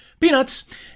Peanuts